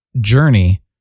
Journey